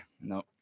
no